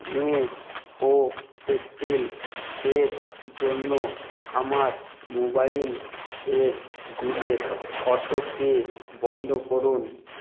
মে ও এপ্রিল এর জন্য আমার মোবাইল এর বিলের অটোপে বন্ধ করুন